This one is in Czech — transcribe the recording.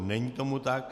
Není tomu tak.